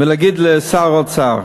ולהגיד לשר האוצר: